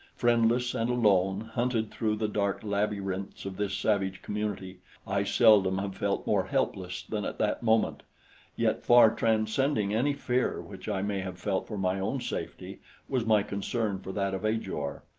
friendless and alone, hunted through the dark labyrinths of this savage community i seldom have felt more helpless than at that moment yet far transcending any fear which i may have felt for my own safety was my concern for that of ajor.